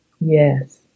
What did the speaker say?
yes